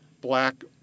black